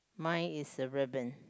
mine is a ribbon